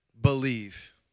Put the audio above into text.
believe